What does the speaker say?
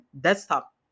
desktop